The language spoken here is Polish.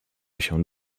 się